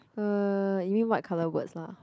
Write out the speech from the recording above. uh you mean what color words lah